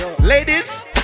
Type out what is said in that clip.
Ladies